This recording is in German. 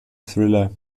thriller